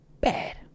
bad